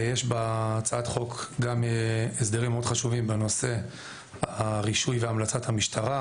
יש בהצעת החוק גם הסדרים מאוד חשובים בנושא הרישוי והמלצת המשטרה,